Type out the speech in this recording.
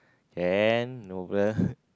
can no